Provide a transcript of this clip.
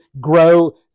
grow